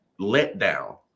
letdown